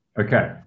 Okay